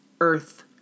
Earth